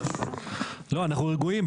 אנחנו רגועים.